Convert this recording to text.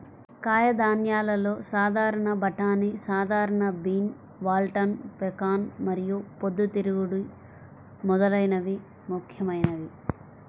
కాయధాన్యాలలో సాధారణ బఠానీ, సాధారణ బీన్, వాల్నట్, పెకాన్ మరియు పొద్దుతిరుగుడు మొదలైనవి ముఖ్యమైనవి